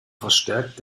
verstärkt